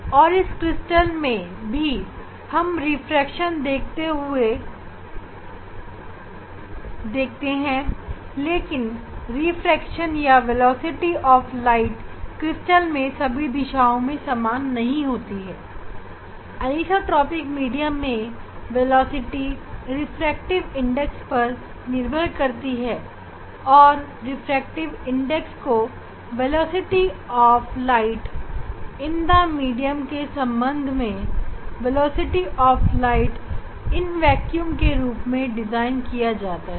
और इस क्रिस्टल में भी हम रिफ्रैक्शन देखते हैं लेकिन रिफ्रैक्शन या प्रकाश का वेग क्रिस्टल में सभी दिशाओं में समान नहीं होते हैं अनीसोट्रॉपिक मीडियम में वेलोसिटी रिफ्रैक्टिव इंडेक्स पर निर्भर करती है और रिफ्रैक्टिव इंडेक्स को प्रकाश की गति मीडियम में और प्रकाश की गति वेक्यूम में के भाग के रूप में परिभाषित किया जाता है